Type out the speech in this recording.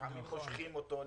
לפעמים מושכים אותו,